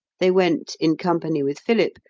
they went, in company with philip,